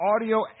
audio